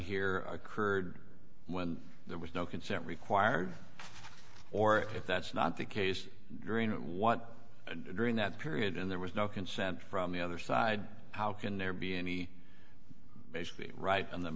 here occurred when there was no consent required or if that's not the case during what during that period and there was no consent from the other side how can there be any right on the